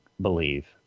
believe